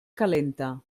calenta